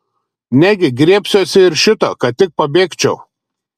negi griebsiuosi ir šito kad tik pabėgčiau